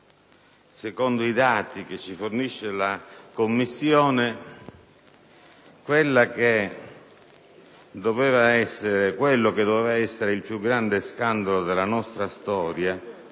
Secondo i dati che ci fornisce il Comitato, quello che doveva essere il più grande scandalo della nostra storia